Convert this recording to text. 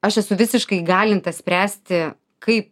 aš esu visiškai įgalinta spręsti kaip